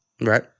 Right